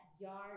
Yard